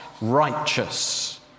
righteous